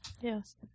Yes